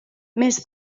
més